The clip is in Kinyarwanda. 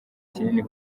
kinini